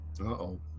Uh-oh